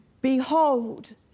behold